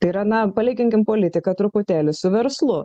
tai yra na palyginkim politiką truputėlį su verslu